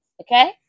Okay